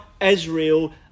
Israel